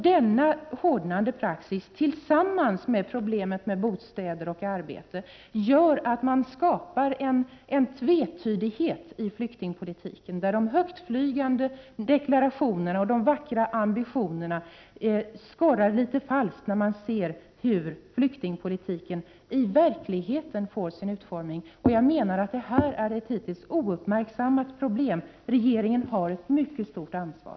Denna hårdnande praxis tillsammans med problemet med bostäder och arbete gör att man skapar en tvetydighet i flyktingpolitiken. De högtflygande deklarationerna och de vackra ambitionerna skorrar litet falskt, när man ser hur flyktingpolitiken i verkligheten får sin utformning. Jag menar att detta är ett hittills ouppmärksammat problem. Regeringen har ett mycket stort ansvar.